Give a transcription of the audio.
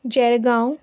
Jalgaon